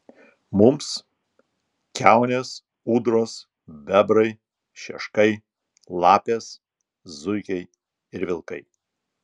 mums kiaunės ūdros bebrai šeškai lapės zuikiai ir vilkai